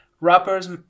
rappers